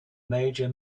major